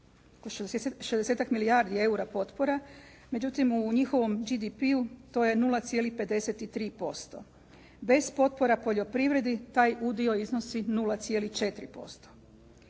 60-ak milijardi eura potpore. Međutim, u njihovom GDP to je 0,53%. Bez potpora poljoprivredi taj udio iznosi 0,4%.